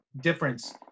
difference